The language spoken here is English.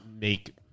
make